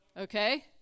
Okay